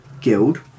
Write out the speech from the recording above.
guild